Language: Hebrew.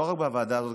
לא רק בוועדה הזאת,